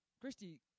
Christy